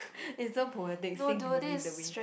it's so poetic think beneath the ways